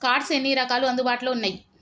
Cards ఎన్ని రకాలు అందుబాటులో ఉన్నయి?